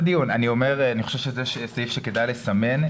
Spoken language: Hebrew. חושב שזה סעיף שכדאי לסמן.